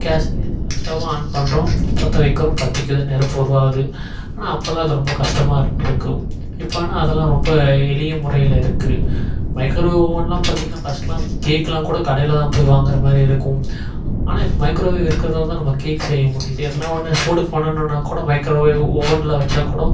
கேஸ்லையே stove on பண்ணுறோம் பற்ற வைக்கிறோம் பற்றிக்குது நெருப்பு உருவாகுது ஆனால் அப்போதெல்லாம் அது ரொம்ப கஷ்டமாக இருந்திருக்கும் இப்போ ஆனால் அதெல்லாம் ரொம்ப எளிய முறையில் இருக்குது மைக்ரோ ஓவனெலாம் பார்த்தீங்கன்னா ஃபஸ்ட்டெலாம் கேக்கெலாம் கூட கடையில் தான் போய் வாங்குகிற மாதிரி இருக்கும் ஆனால் இப் மைக்ரோவேவ் இருக்கிறதால தான் நம்ம கேக் செய்ய முடியுது எதனா ஒன்று சூடு பண்ணணுன்னால் கூட மைக்ரோவேவ் ஓவனில் வச்சா கூடம்